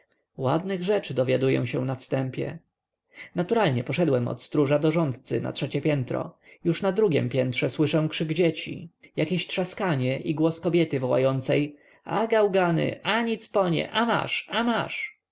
ładnych rzeczy dowiaduję się na wstępie naturalnie poszedłem od stróża do rządcy na trzecie piętro już na drugiem piętrze słyszę krzyk dzieci jakieś trzaskanie i głos kobiety wołającej a gałgany a nicponie a masz a masz